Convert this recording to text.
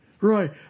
Right